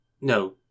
No